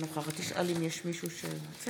אינה נוכחת אלעזר שטרן,